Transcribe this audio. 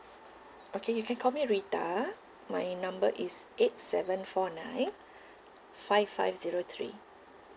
okay you can call me rita my number is eight seven four nine five five zero three